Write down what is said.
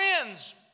friends